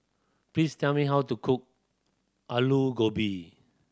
please tell me how to cook Alu Gobi